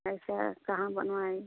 ऐसा है कहाँ बनवाएँ